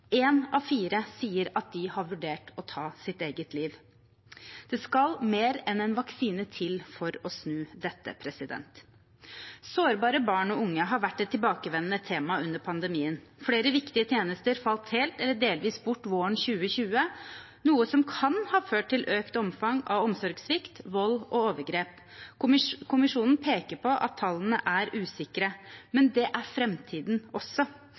En av fire sier at de har vurdert å ta sitt eget liv. Det skal mer enn en vaksine til for å snu dette. Sårbare barn og unge har vært et tilbakevendende tema under pandemien. Flere viktige tjenester falt helt eller delvis bort våren 2020, noe som kan ha ført til økt omfang av omsorgssvikt, vold og overgrep. Kommisjonen peker på at tallene er usikre. Men det er framtiden også.